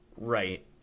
Right